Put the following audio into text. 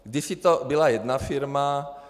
Kdysi to byla jedna firma.